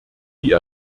die